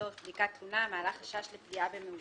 תרשו לי לומר מלה אישית בפומבי.